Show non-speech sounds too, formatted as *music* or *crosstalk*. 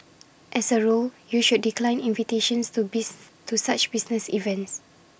as A rule you should decline invitations to *unintelligible* to such business events